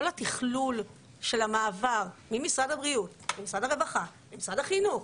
כל התכלול של המעבר ממשרד הבריאות למשרד הרווחה למשרד החינוך,